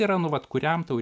yra nu vat kuriam tau